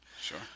Sure